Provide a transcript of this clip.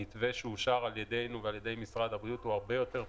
המתווה שאושר על ידינו ועל ידי משרד הבריאות הוא הרבה יותר פשוט,